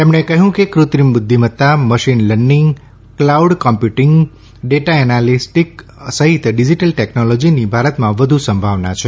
તેમણે કહયું કે ક્રત્રિમ બુધ્યિમતા machine learning cloud computing data analytical સફીત ડીજીટલ ટેકનોલોજીની ભારતમાં વધુ સંભાવના છે